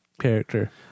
character